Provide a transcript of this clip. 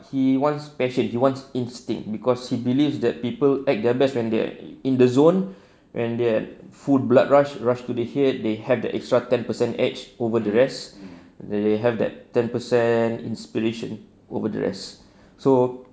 he wants passion he wants instinct cause he believes that people at their best when they're in the zone when they're full blood rush rush to the head they have the extra ten per cent edge over the rest they have that ten percent inspiration overdress so